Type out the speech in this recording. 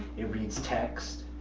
it reads text,